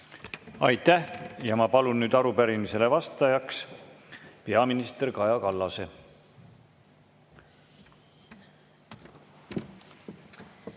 Aitäh! Ja ma palun nüüd arupärimisele vastajaks peaminister Kaja Kallase.